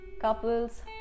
couples